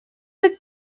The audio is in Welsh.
oedd